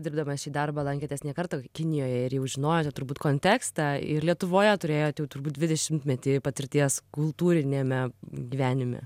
dirbdamas šį darbą lankėtės ne kartą kinijoje ir jau žinojote turbūt kontekstą ir lietuvoje turėjot jau turbūt dvidešimtmetį patirties kultūriniame gyvenime